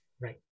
Right